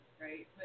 right